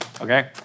okay